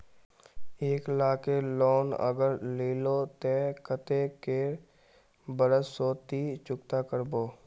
एक लाख केर लोन अगर लिलो ते कतेक कै बरश सोत ती चुकता करबो?